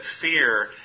fear